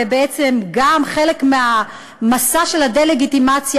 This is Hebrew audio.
ובעצם גם חלק מהמסע של הדה-לגיטימציה,